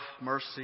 mercy